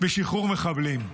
בשחרור מחבלים.